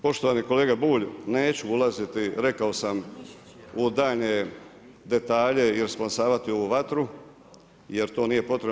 Poštovani kolega Bulj, neću ulaziti, rekao sam u daljnje detalje i rasplamsavati ovu vatru jer to nije potrebno.